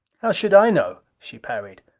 how should i know? she parried.